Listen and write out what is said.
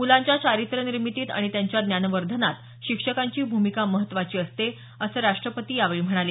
मुलांच्या चारित्र्य निर्मितीत आणि त्यांच्या ज्ञानवर्धनात शिक्षकांची भूमिका महत्त्वाची असले असं राष्ट्रपती यावेळी म्हणाले